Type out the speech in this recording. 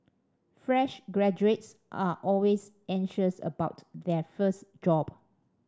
fresh graduates are always anxious about their first job